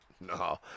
No